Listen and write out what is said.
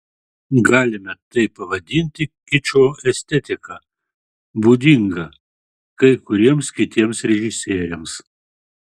galime tai pavadinti kičo estetika būdinga kai kuriems kitiems režisieriams